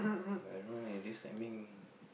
but I don't know eh this timing